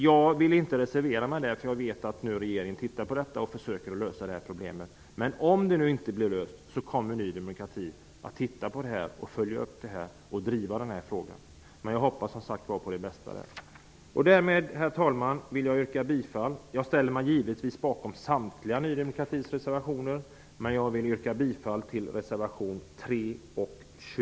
Jag vill inte reservera mig, eftersom jag vet att regeringen försöker lösa detta problem, men om det inte blir löst, kommer Ny demokrati att följa upp och driva denna fråga. Herr talman! Jag står givetvis bakom samtliga Ny demokratis reservationer, men jag yrkar bifall bara till reservationerna nr 3 och 7.